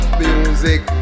music